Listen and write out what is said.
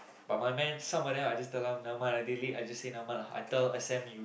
but my man some of them I just tell them never mind lah they late I just say never mind lah I tell S_M you in